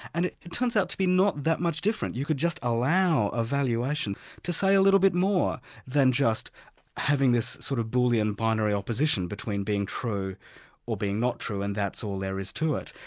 and it it turns out to be not that much different. you could just allow a valuation to say a little bit more than just having this sort of boolean binary opposition between being true or being not true, and that's all there is to it.